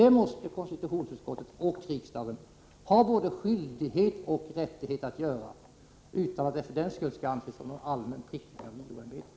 Det måste konstitutionsutskottet och riksdagen ha både skyldighet och rättighet att framhålla utan att det för den skull skall anses som en allmän prickning av JO-ämbetet.